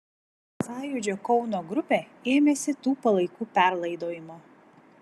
sąjūdžio kauno grupė ėmėsi tų palaikų perlaidojimo